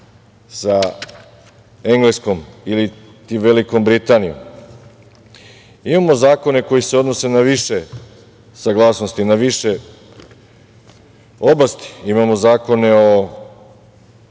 sa Engleskom iliti Velikom Britanijom. Imamo zakone koji se odnose na više saglasnosti, na više oblasti. Imamo zakone o